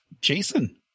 Jason